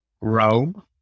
Rome